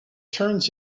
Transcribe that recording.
turns